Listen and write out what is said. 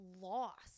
lost